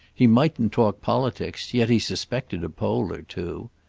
he mightn't talk politics, yet he suspected a pole or two.